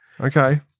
Okay